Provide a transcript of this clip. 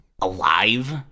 alive